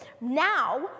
now